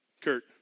Kurt